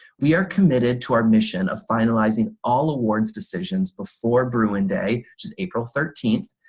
we are committed to our mission of finalizing all awards decisions before bruin day, which is april thirteen,